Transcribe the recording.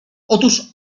otóż